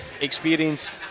Experienced